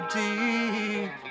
deep